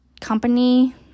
company